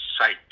site